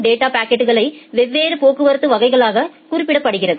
data பாக்கெட்களை வெவ்வேறு போக்குவரத்து வகைகளாக குறிக்கப்படுகிறது